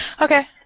Okay